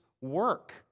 work